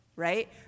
Right